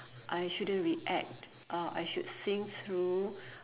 I shouldn't react uh I should seen through